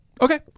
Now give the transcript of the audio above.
Okay